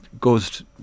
goes